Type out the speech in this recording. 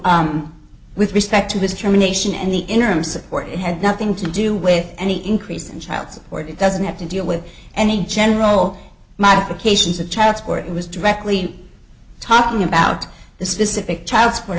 work with respect to discrimination and the interim support it had nothing to do with any increase in child support it doesn't have to deal with any general modifications to child support was directly talking about the specific child support